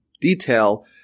detail